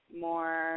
more